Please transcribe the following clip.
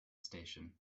station